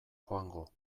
joango